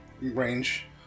range